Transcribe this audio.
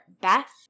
best